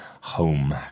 Home